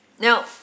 Now